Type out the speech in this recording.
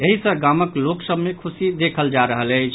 एहि सँ गामक लोक सभ मे खुशी देखल जा रहल अछि